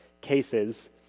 cases